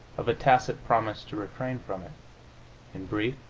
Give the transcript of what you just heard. of a tacit promise to refrain from it in brief,